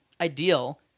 ideal